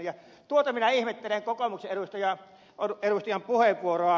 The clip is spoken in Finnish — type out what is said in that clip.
ja minä ihmettelen tuota kokoomuksen ed